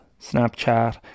snapchat